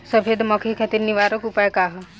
सफेद मक्खी खातिर निवारक उपाय का ह?